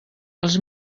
els